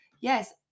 yes